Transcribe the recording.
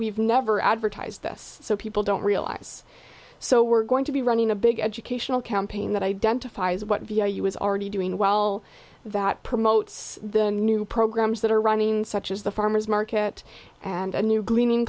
we've never advertise this so people don't realize so we're going to be running a big educational campaign that identifies what was already doing well that promotes the new programs that are running such as the farmer's market and a new green